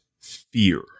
fear